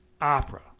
opera